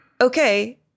Okay